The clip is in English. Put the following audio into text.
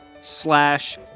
slash